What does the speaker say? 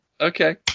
okay